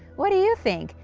what do you think?